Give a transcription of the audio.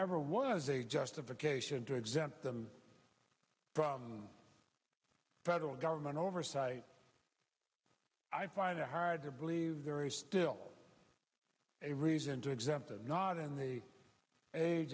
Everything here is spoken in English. ever was a justification to exempt them from federal government oversight i find it hard to believe there is still a reason to exempt and not in the age